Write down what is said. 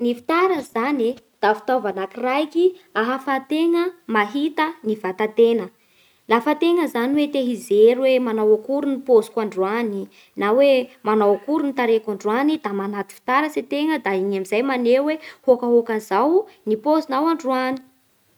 Ny fitaratsy zany e, da fitaovana anakiraiky ahafahantegna mahita ny vatantegna. Lafa tegna zany hoe te hijery hoe manao akory ny poziko androany, na hoe manao akory ny tarehiko androany da manaty fitaratsy tena da igny amin'izay maneho hoe hôkahôkan'izao ny pôzinao androany.